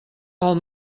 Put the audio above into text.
pel